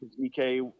EK